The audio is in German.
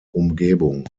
umgebung